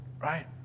right